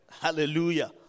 Hallelujah